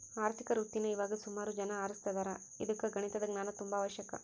ಆರ್ಥಿಕ ವೃತ್ತೀನಾ ಇವಾಗ ಸುಮಾರು ಜನ ಆರಿಸ್ತದಾರ ಇದುಕ್ಕ ಗಣಿತದ ಜ್ಞಾನ ತುಂಬಾ ಅವಶ್ಯಕ